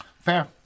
Fair